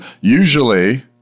usually